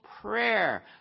prayer